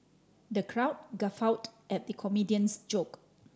the crowd guffawed at the comedian's joke